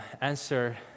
answer